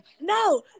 no